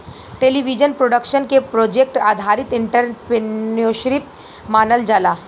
television production के project आधारित entrepreneurship मानल जाला